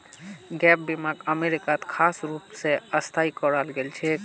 gap बीमाक अमरीकात खास रूप स स्थापित कराल गेल छेक